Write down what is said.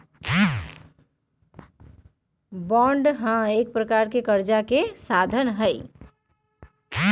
bond एक प्रकार से करजा के एगो साधन हइ